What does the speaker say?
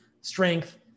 strength